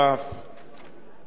של אזרחי המדינה,